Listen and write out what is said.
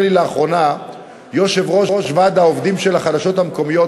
לי לאחרונה יושב-ראש ועד העובדים של החדשות המקומיות,